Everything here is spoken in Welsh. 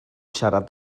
siarad